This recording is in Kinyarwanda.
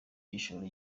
gishoro